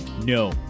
No